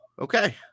okay